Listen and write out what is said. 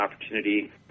opportunity